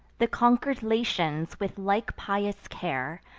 the conquer'd latians, with like pious care,